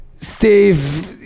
Steve